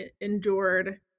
endured